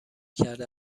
کرده